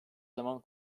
zaman